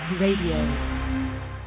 Radio